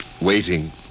waiting